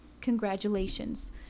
Congratulations